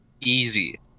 Easy